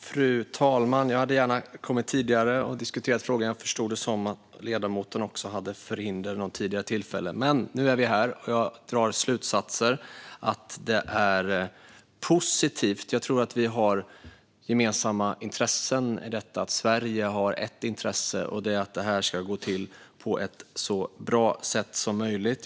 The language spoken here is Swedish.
Fru talman! Jag hade gärna kommit hit tidigare för att diskutera frågan, men jag förstod det som att också ledamoten hade förhinder vid något tidigare tillfälle. Nu är vi dock här. Jag drar slutsatsen att det här är positivt. Jag tror att vi har gemensamma intressen i detta. Sverige har ett intresse, och det är att det ska ske på ett så bra sätt som möjligt.